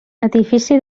edifici